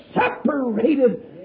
separated